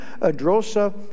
Adrosa